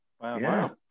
Wow